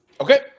okay